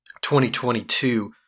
2022